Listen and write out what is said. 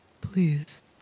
Please